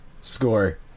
score